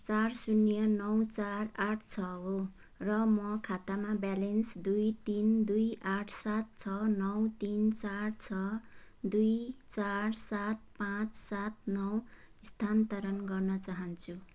चार शून्य नौ चार आठ छ हो र म खातामा ब्यालेन्स दुई तिन दुई आठ सात छ नौ तिन चार छ दुई चार सात पाँच सात नौ स्थानतरण गर्न चाहन्छु